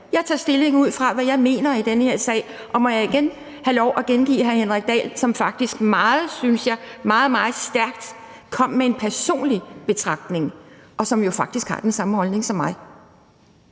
Jeg tager stilling ud fra, hvad jeg mener i den her sag, og må jeg igen have lov at gengive hr. Henrik Dahl, som – synes jeg – faktisk kom med en meget, meget stærk personlig betragtning, og som jo faktisk har den samme holdning som mig.